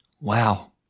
Wow